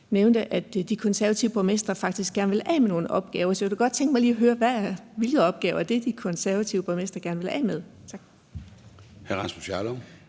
nævnte, at de konservative borgmestre faktisk gerne vil af med nogle opgaver, så jeg kunne da godt tænke mig lige at høre: Hvilke opgaver er det de konservative borgmestre gerne vil af med? Tak.